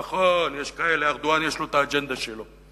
נכון, יש כאלה, ארדואן יש לו האג'נדה שלו.